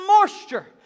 moisture